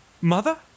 mother